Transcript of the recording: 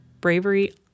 bravery